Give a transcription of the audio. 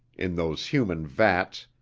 in those human vats,